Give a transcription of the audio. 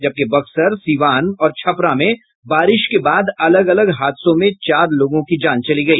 जबकि बक्सर सिवान और छपरा में बारिश के बाद अलग अलग हादसों में चार लोगों की जान चली गई